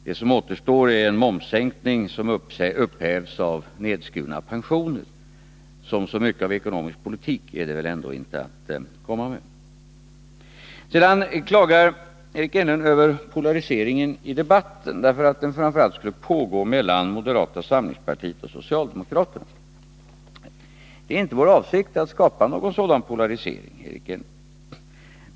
Det som återstår är en momssänkning som upphävs av nedskurna pensioner. Så mycket av ekonomisk politik är det väl ändå inte att komma med. Sedan klagar Eric Enlund över polariseringen i debatten och säger att den framför allt skulle pågå mellan moderata samlingspartiet och socialdemokraterna. Det är inte vår avsikt att skapa någon sådan polarisering.